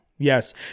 Yes